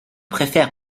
préfère